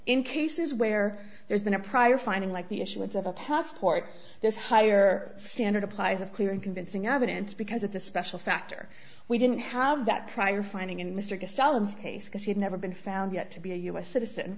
in cases where there's been a prior finding like the issuance of a passport this higher standard applies of clear and convincing evidence because it's a special factor we didn't have that prior finding in the strictest elam's case because he'd never been found yet to be a u s citizen